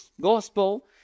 gospel